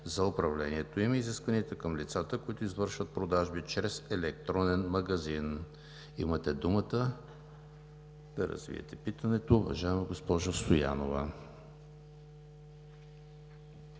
за управлението им и изискванията към лицата, които извършват продажби чрез електронен магазин. Имате думата да развиете питането, уважаема госпожо Стоянова.